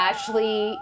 Ashley